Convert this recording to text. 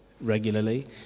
regularly